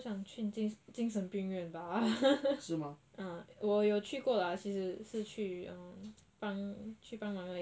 不想去精神精神病院吧哈哈哈哈啊我有去过啦其实是去 um 帮去帮忙而已啦